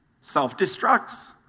self-destructs